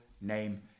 name